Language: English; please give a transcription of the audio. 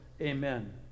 Amen